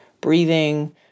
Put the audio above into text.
breathing